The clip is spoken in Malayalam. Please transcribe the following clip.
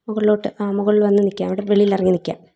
മുകളിലോട്ട് ആ മുകളിൽ വന്ന് നിൽക്കാം അവിടെ വെളിയിൽ ഇറങ്ങി നിൽക്കാം